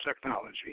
technology